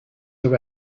are